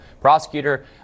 prosecutor